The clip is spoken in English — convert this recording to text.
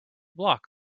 block